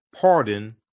pardon